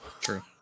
True